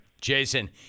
Jason